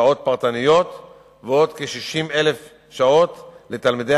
שעות פרטניות ועוד כ-60,000 שעות לתלמידי